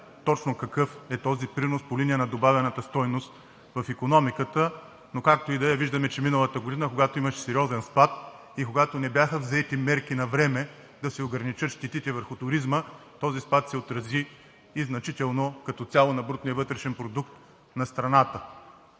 точно какъв е този принос по линия на добавената стойност в икономиката, но както и да е. Виждаме, че миналата година, когато имаше сериозен спад и когато не бяха взети мерки навреме да се ограничат щетите върху туризма, този спад значително се отрази като цяло на брутния вътрешен продукт на страната.